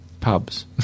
pubs